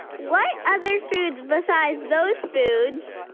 what other foods besides those foods.